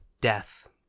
death